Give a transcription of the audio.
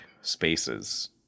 spaces